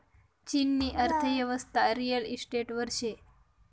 चीननी अर्थयेवस्था रिअल इशटेटवर शे